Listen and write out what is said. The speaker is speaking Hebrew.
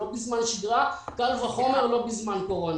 לא בזמן שגרה וקל וחומר לא בזמן קורונה.